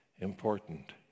important